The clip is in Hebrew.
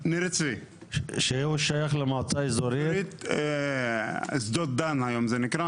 שהוא שייך למועצה האזורית --- שדות דן היום זה נקרא,